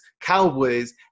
Cowboys